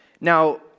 Now